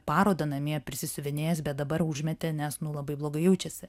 parodą namie prisisiuvinėjęs bet dabar užmetė nes nu labai blogai jaučiasi